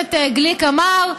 הכנסת גליק אמר,